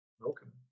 Welcome